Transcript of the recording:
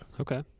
Okay